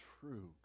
true